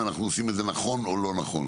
אם אנחנו עושים את זה נכון או לא נכון.